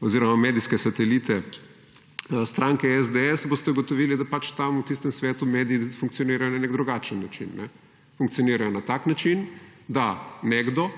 oziroma medijske satelite stranke SDS, boste ugotovili, da pač tam v tistem svetu mediji funkcionirajo na nek drugačen način. Funkcionirajo na tak način, da nekdo,